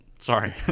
Sorry